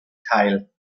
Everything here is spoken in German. teil